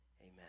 amen